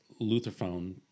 lutherphone